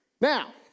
Now